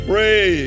Pray